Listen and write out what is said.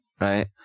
right